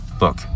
Look